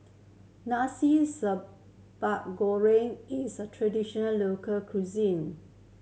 Nasi Sambal Goreng is a traditional local cuisine